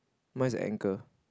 mine's a anchor